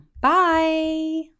Bye